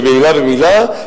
ממלה למלה,